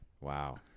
Wow